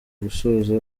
gusoza